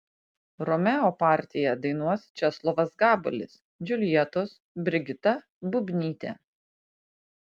romeo partiją dainuos česlovas gabalis džiuljetos brigita bubnytė